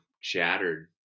shattered